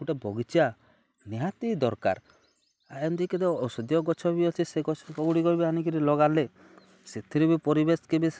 ଗୁଟେ ବଗିଚା ନିହାତି ଦରକାର୍ ଔଷଧୀୟ ଗଛ ବି ଅଛେ ସେ ଗଛ ଗୁଡ଼ିକ ବି ଆଣିକିରି ଲଗାଲେ ସେଥିରେ ବି ପରିବେଶ୍କେ ବି